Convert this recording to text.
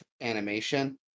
animation